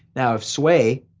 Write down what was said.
now sway,